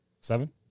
seven